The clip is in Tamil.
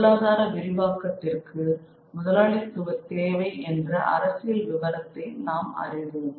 பொருளாதார விரிவாக்கத்திற்கு முதலாளித்துவ தேவை என்ற அரசியல் விவரத்தை நாம் அறிவோம்